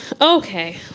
Okay